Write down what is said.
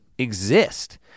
Exist